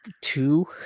two